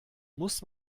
muss